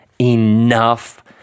enough